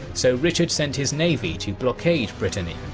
so richard sent his navy to blockade brittany.